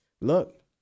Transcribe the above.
Look